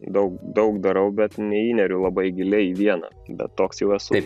daug daug darau bet neįneriu labai giliai į vieną bet toks jau esu